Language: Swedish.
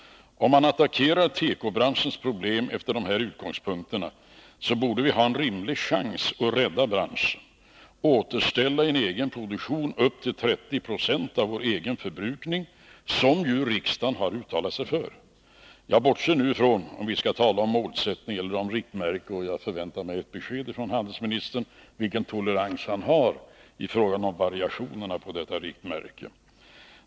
Om man attackerar tekobranschens problem från dessa utgångspunkter, borde vi ha en rimlig chans att rädda branschen och återställa en egen produktion upp till de 30 96 av vår egen förbrukning som riksdagen har uttalat sig för. Jag bortser nu från om vi skall tala om målsättning eller riktmärke. Jag förväntar mig ett besked från handelsministern om vilken tolerans han har i fråga om variationerna på detta riktmärke.